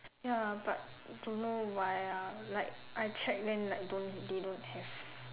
ya but don't know why ah like I check then like don't they don't have